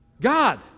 God